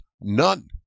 none